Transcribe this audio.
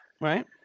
right